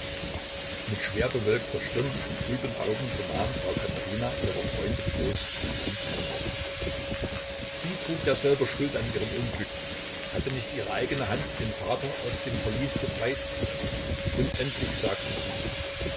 mit schwerbewölkter stirn und trüben augen vernahm frau katherina ihrer freunde trost und fand kein wort sie trug ja selber schuld an ihrem unglück hatte nicht ihre eigene hand den vater aus dem verlies befreit und endlich sagte sie